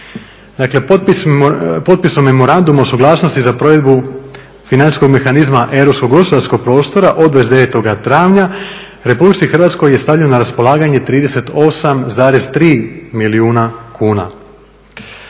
Dakle, potpisom memoranduma o suglasnosti za provedbu financijskog mehanizma europskog gospodarskog prostora od 29. travnja Republici Hrvatskoj je stavljeno na raspolaganje 38,3 milijuna kuna.